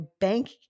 bank